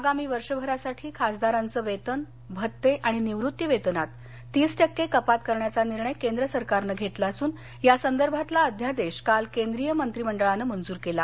आगामी वर्षभरासाठी खासदारांचं वेतन भत्ते आणि निवृत्तीवेतनात तीस टक्के कपात करण्याचा निर्णय केंद्र सरकारनं घेतला असून या संदर्भातला अध्यादेश काल केंद्रीय मंत्रीमंडळानं मंजूर केला